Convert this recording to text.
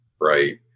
right